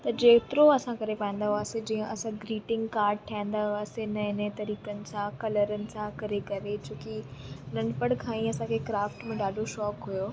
त जेतिरो असां करे पाईंदा हुआसीं जीअं असां ग्रीटिंग काड ठाहींदा हुआसीं नएं नएं तरीक़नि सां कलरनि सां करे करे छो कि नंढपण खां ई असांखे क्राफ़्ट में ॾाढो शौक़ु हुओ